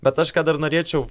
bet aš ką dar norėčiau